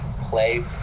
play